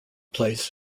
plays